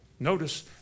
Notice